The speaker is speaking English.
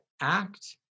act